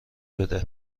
بده